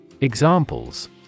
Examples